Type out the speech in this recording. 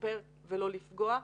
לשפר ולא לפגוע.